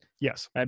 Yes